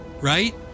right